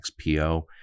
XPO